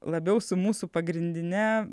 labiau su mūsų pagrindine